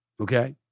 Okay